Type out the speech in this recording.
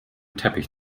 teppich